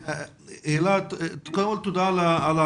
תודה.